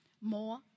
more